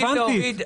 רלוונטית.